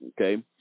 Okay